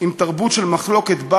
עם תרבות של מחלוקת,